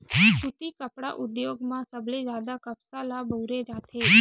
सुती कपड़ा उद्योग म सबले जादा कपसा ल बउरे जाथे